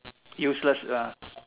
useless ah